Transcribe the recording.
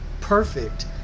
perfect